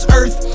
earth